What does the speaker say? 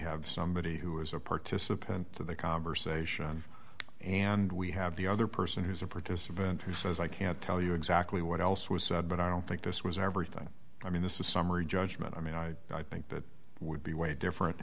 have somebody who is a participant in the conversation and we have the other person who's a participant who says i can't tell you exactly what else was said but i don't think this was everything i mean this is summary judgment i mean i i think that would be way different